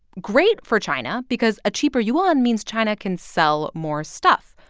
great for china because a cheaper yuan means china can sell more stuff,